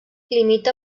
limita